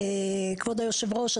כבוד היושב-ראש,